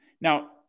Now